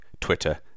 Twitter